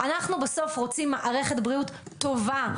אנחנו בסוף רוצים מערכת בריאות טובה.